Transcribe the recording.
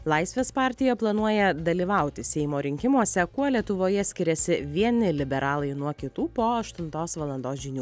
laisvės partija planuoja dalyvauti seimo rinkimuose kuo lietuvoje skiriasi vieni liberalai nuo kitų po aštuntos valandos žinių